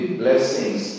blessings